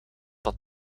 dat